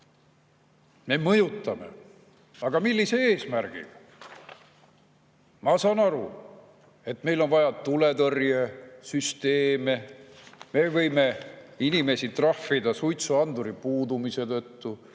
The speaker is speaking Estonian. te mõjutate. Aga millise eesmärgiga? Ma saan aru, et meil on vaja tuletõrjesüsteeme, me võime inimesi trahvida suitsuanduri puudumise tõttu.